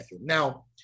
now